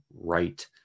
right